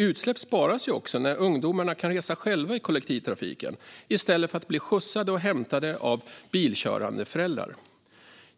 Utsläpp sparas också när ungdomarna kan resa själva i kollektivtrafiken i stället för att bli skjutsade och hämtade av bilkörande föräldrar.